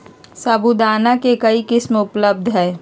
साबूदाना के कई किस्म उपलब्ध हई